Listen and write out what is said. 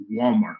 Walmart